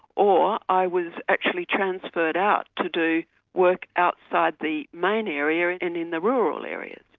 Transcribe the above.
or i was actually transferred out to do work outside the main area and in the rural areas.